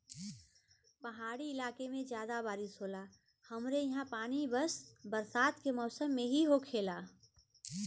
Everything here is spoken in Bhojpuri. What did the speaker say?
पहाड़ी इलाके में जादा बारिस होला हमरे ईहा पानी बस बरसात के मौसम में ही होखेला